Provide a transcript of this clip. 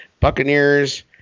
Buccaneers